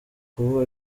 kuvuga